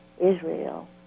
Israel